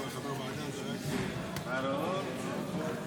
יולי יואל אדלשטיין, מצביע לא לא לא.